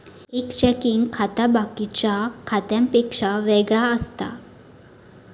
एक चेकिंग खाता बाकिच्या खात्यांपेक्षा वेगळा असता